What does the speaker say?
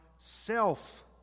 Self